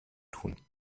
tun